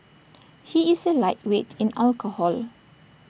he is A lightweight in alcohol